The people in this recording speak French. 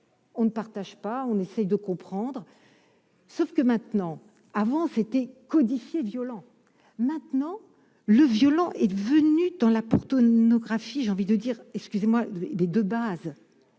on ne partage pas, on essaye de comprendre, sauf que maintenant, avant c'était codifié violent maintenant le violon est devenue dans la pour tous nos graphie, j'ai envie de dire, excusez-moi des de base,